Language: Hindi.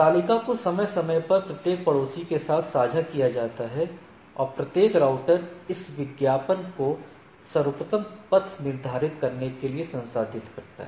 तालिका को समय समय पर प्रत्येक पड़ोसी राउटर के साथ साझा किया जाता है और प्रत्येक राउटर इस विज्ञापन को सर्वोत्तम पथ निर्धारित करने के लिए संसाधित करता है